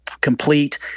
complete